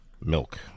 milk